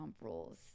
Rules